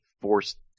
forced